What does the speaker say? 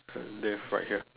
then have right here